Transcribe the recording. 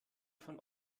von